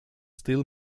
still